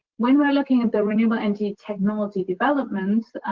when we're looking at the renewable energy technology development,